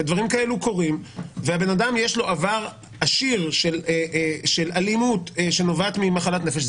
ודברים כאלו קורים והבן-אדם יש לו עבר עשיר של אלימות שנובעת ממחלת נפש,